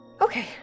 Okay